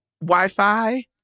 Wi-Fi